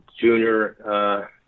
junior